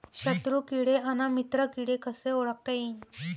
शत्रु किडे अन मित्र किडे कसे ओळखता येईन?